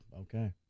Okay